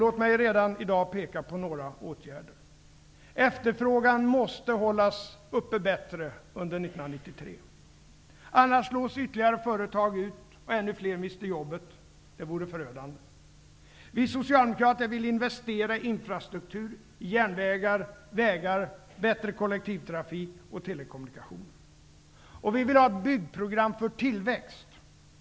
Låt mig redan i dag peka på några åtgärder: Efterfrågan måste bättre hållas uppe under 1993, annars slås ytterligare företag ut och ännu fler mister jobbet. Det vore förödande. Vi socialdemokrater vill investera i infrastruktur: i järnvägar, vägar, bättre kollektivtrafik och telekommunikationer. Vi vill ha ett byggprogram för tillväxt.